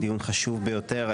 דיון חשוב ביותר.